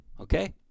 okay